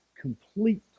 complete